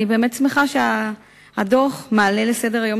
אני באמת שמחה שהדוח מעלה לסדר-היום